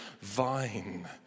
vine